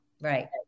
Right